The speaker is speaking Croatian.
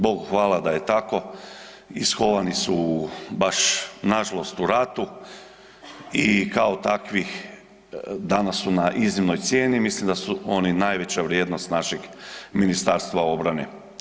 Bogu hvala da je tako, iskovani su baš, nažalost u ratu i kao takvih danas u na iznimnoj cijeni, mislim da su oni najveća vrijednost našeg Ministarstva obrane.